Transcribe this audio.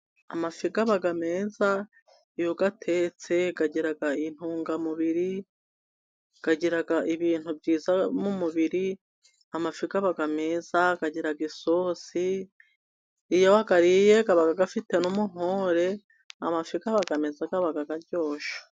Amafi aba meza, iyo atetse agira intungamubiri, agira ibintu byiza mu mubiri, amafi aba meza agira isosi, iyo wayariye aba afite n' umuhore, amafi aba meza, aba aryoshye.